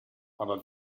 aber